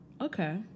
Okay